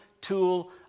tool